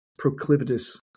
proclivitous